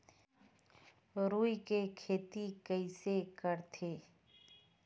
रुई के खेती कइसे करथे?